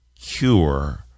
cure